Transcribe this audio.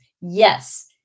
Yes